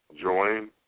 join